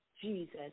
Jesus